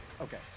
Okay